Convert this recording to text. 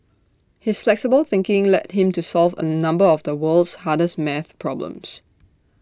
his flexible thinking led him to solve A number of the world's hardest maths problems